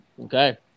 Okay